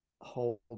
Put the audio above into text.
hold